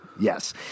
Yes